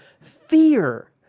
fear